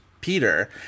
Peter